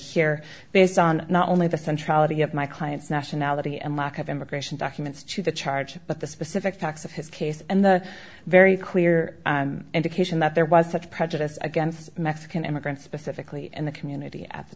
here based on not only the central of my client's nationality and lack of immigration documents to the charge but the specific facts of his case and the very clear indication that there was such prejudice against mexican immigrants specifically in the community at the